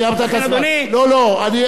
לכן, אדוני, לא, לא,